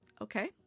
okay